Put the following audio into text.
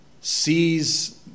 sees